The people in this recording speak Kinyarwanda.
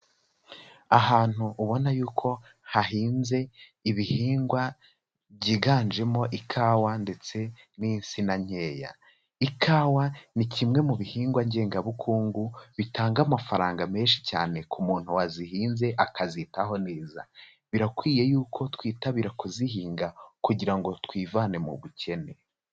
Ahantu ubona yuko hahinze ibihingwa byiganjemo ikawa ndetse n'insina nkeya. Ikawa ni kimwe mu bihingwa ngengabukungu bitanga amafaranga menshi cyane ku muntu wazihinze akazitaho neza. Birakwiye yuko twitabira kuzihinga kugira ngo twivane mu bukene.